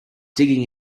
digging